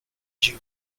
dew